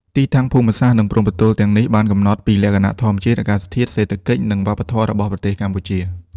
ទីតាំងភូមិសាស្ត្រ និងព្រំប្រទល់ទាំងនេះបានកំណត់ពីលក្ខណៈធម្មជាតិ អាកាសធាតុ សេដ្ឋកិច្ច និងវប្បធម៌របស់ប្រទេសកម្ពុជា។